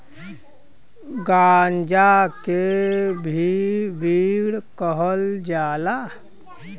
गांजा के भी वीड कहल जाला